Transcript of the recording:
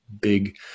big